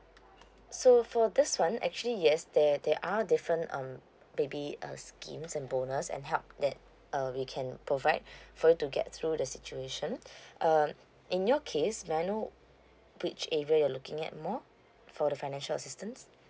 so for this one actually yes there there are different um baby uh schemes and bonus and help that uh we can provide for you to get through the situation uh in your case may I know which area you're looking at more for the financial assistance